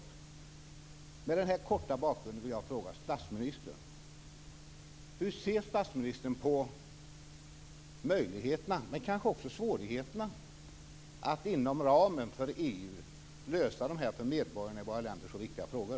Efter denna korta bakgrund vill jag ställa en fråga till statsministern: Hur ser statsministern på möjligheterna, och kanske också svårigheterna, att inom ramen för EU lösa dessa för medborgarna i våra länder så viktiga frågor?